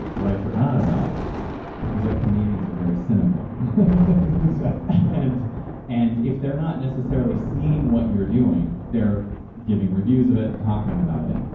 what i forgot about was that comedians are very cynical exactly and and if they're not necessarily seeing what you're doing, they're giving reviews of it and talking about it.